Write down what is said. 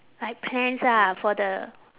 like plans ah for the